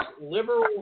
liberal